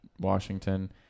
Washington